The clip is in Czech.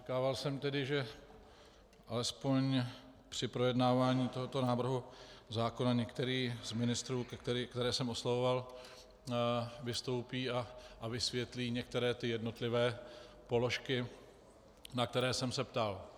Očekával jsem tedy, že alespoň při projednávání tohoto návrhu zákona některý z ministrů, které jsem oslovoval, vystoupí a vysvětlí některé jednotlivé položky, na které jsem se ptal.